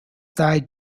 died